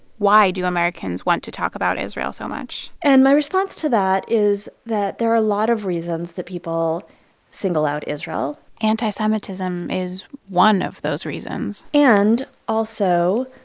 why do americans want to talk about israel so much? and my response to that is that there are a lot of reasons that people single out israel anti-semitism is one of those reasons and also,